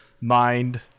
mind